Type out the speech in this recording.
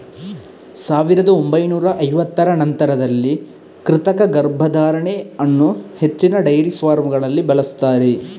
ಸಾವಿರದ ಒಂಬೈನೂರ ಐವತ್ತರ ನಂತರದಲ್ಲಿ ಕೃತಕ ಗರ್ಭಧಾರಣೆ ಅನ್ನು ಹೆಚ್ಚಿನ ಡೈರಿ ಫಾರ್ಮಗಳಲ್ಲಿ ಬಳಸ್ತಾರೆ